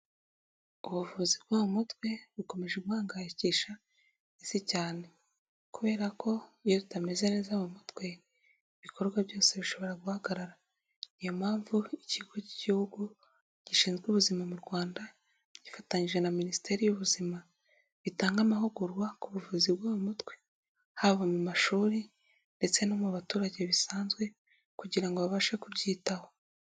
Ubuvuzi bwo mu mutwe bukomeje guhangayikisha isi cyane kubera ko iyo utameze neza mu mutwe bikorwa byose bishobora guhagarara, niyo mpamvu ikigo cy'igihugu gishinzwe ubuzima mu Rwanda gifatanyije na Minisiteri y'ubuzima gitanga amahugurwa ku buvuzi bwo mutwe haba mu mashuri ndetse no mu baturage bisanzwe kugira ngo babashe kubyitaho.